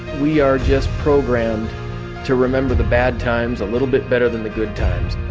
we are just programmed to remember the bad times a little bit better than the good times.